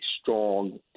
strong